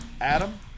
Adam